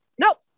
nope